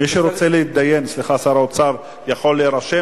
מי שרוצה להתדיין, סליחה, שר האוצר, יכול להירשם.